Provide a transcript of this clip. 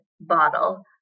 bottle